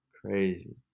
Crazy